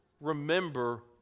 remember